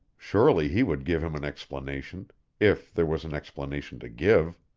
surely he would give him an explanation if there was an explanation to give.